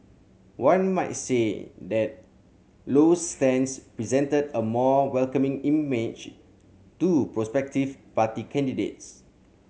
one might say that Low's stance presented a more welcoming image to prospective party candidates